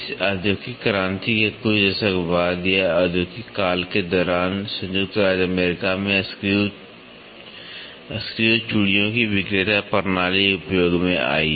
इस औद्योगिक क्रांति के कुछ दशक बाद या औद्योगिक काल के दौरान संयुक्त राज्य अमेरिका में स्क्रू （screw） चूड़ियों की विक्रेता प्रणाली उपयोग में आई